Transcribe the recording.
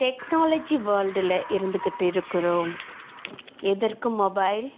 technology வேர்ல்டில் இருந்துக்கிட்டு இருக்கிறோம் எதற்கு மொபைல்